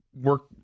work